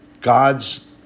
God's